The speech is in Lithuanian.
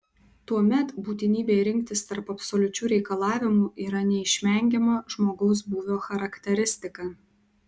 tuomet būtinybė rinktis tarp absoliučių reikalavimų yra neišvengiama žmogaus būvio charakteristika